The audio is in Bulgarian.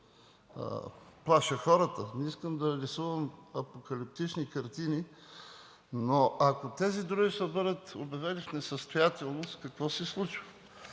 плаша хората, не искам да рисувам апокалиптични картини, но ако тези дружества бъдат обявени в несъстоятелност, какво се случва?